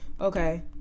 Okay